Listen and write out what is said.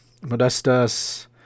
Modestas